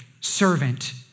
servant